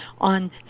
on